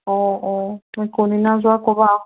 অঁ অঁ তুমি কোন দিনা যোৱা ক'বা